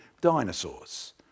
dinosaurs